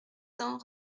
cents